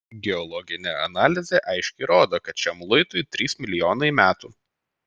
geologinė analizė aiškiai rodo kad šiam luitui trys milijonai metų